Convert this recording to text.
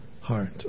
heart